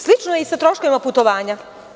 Slično je i sa troškovima putovanja.